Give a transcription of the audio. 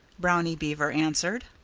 brownie beaver answered.